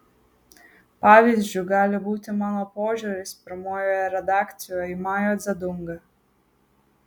pavyzdžiu gali būti mano požiūris pirmojoje redakcijoje į mao dzedungą